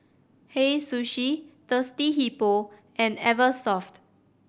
Hei Sushi Thirsty Hippo and Eversoft